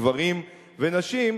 גברים ונשים,